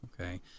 okay